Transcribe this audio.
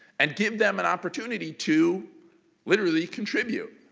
and give them an opportunity to literally contribute.